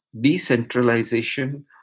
decentralization